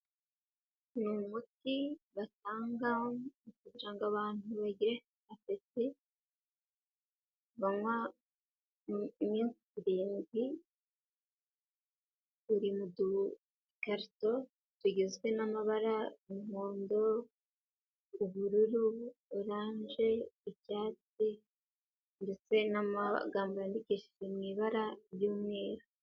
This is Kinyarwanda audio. Ni umuti batanga kugirango abantu bagire apeti banywa iminsi irindwi uri mudarito tugizwe n'amabara umuhondo ubururu oranje icyatsi ndetse n'amagambo yandikishijwe mu ibara ry'umweru.